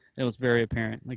it was very apparent. like